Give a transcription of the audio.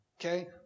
Okay